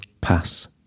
pass